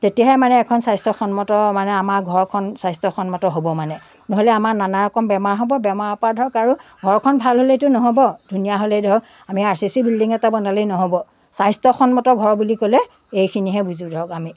তেতিয়াহে মানে এখন স্বাস্থ্য়সন্মত মানে আমাৰ ঘৰখন স্বাস্থ্য়সন্মত হ'ব মানে নহ'লে আমাৰ নানা ৰকম বেমাৰ হ'ব বেমাৰৰ পৰা ধৰক আৰু ঘৰখন ভাল হ'লেইতো নহ'ব ধুনীয়া হ'লেই ধৰক আমি আৰ চি চি বিল্ডিং এটা বনালেই নহ'ব স্বাস্থ্য়সন্মত ঘৰ বুলি ক'লে এইখিনিহে বুজো ধৰক আমি